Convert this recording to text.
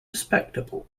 respectable